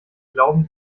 glauben